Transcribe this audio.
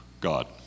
God